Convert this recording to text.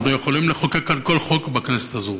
אנחנו יכולים לחוקק על כל חוק בכנסת הזאת,